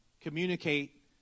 communicate